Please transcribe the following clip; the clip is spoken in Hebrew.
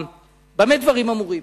במה דברים אמורים?